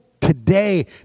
today